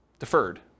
Deferred